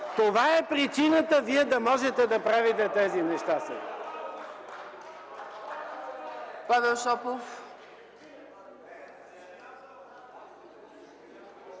Това е причината вие да можете да правите тези неща.